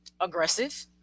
aggressive